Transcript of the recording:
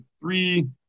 three